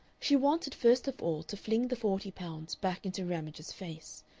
she wanted first of all to fling the forty pounds back into ramage's face.